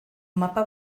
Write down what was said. mapa